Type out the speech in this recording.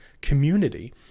community